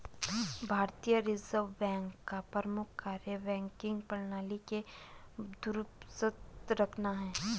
भारतीय reserve bank का प्रमुख कार्य बैंकिंग प्रणाली को दुरुस्त रखना है